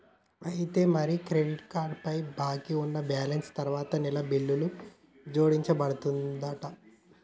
అయితే మరి credit card పై బాకీ ఉన్న బ్యాలెన్స్ తరువాత నెల బిల్లుకు జోడించబడుతుందంట